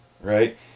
right